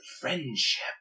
friendship